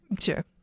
Sure